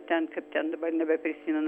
ten kaip ten dabar nebeprisimenu